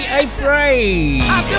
afraid